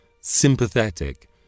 sympathetic